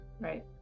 Right